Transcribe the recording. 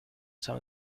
some